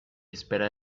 espera